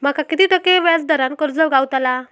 माका किती टक्के व्याज दरान कर्ज गावतला?